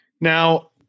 Now